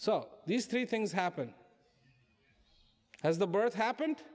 so these three things happen as the birth happened